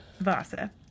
Vasa